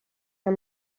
her